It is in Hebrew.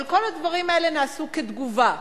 אבל כל הדברים האלה נעשו כתגובה,